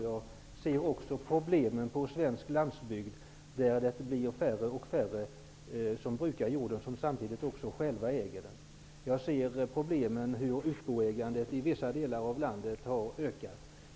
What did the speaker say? Jag ser problemen på svensk landsbygd, där det blir färre och färre som brukar jorden och som samtidigt själva äger den. Jag ser hur fäboägandet i vissa delar av landet har ökat.